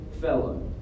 fellow